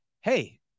Hey